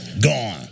Gone